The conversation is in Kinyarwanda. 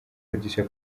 producer